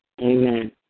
Amen